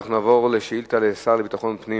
אנחנו נעבור לשאילתות לשר לביטחון פנים.